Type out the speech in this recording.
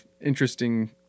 interesting